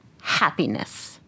happiness